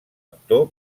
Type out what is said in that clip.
actor